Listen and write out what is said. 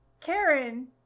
Karen